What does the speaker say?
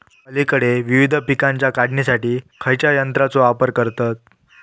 अलीकडे विविध पीकांच्या काढणीसाठी खयाच्या यंत्राचो वापर करतत?